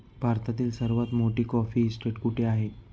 भारतातील सर्वात मोठी कॉफी इस्टेट कुठे आहे?